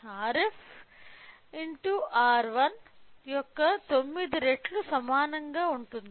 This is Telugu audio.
Rf R1 యొక్క 9 రెట్లు సమానంగా ఉంటుంది